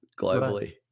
globally